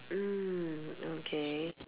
mm okay